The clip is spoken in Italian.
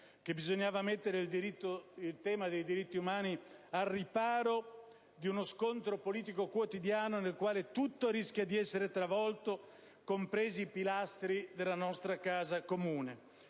che bisognasse mettere il tema dei diritti umani al riparo dallo scontro politico quotidiano, nel quale tutto rischia di essere travolto, compresi i pilastri della nostra casa comune.